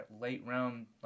late-round